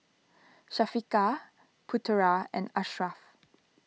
Syafiqah Putera and Ashraf